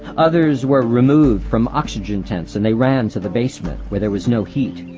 others were removed from oxygen tents and they ran to the basement, where there was no heat.